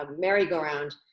merry-go-round